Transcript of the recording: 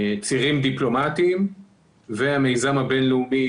צירים דיפלומטיים והמיזם הבין-לאומי